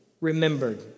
remembered